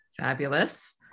Fabulous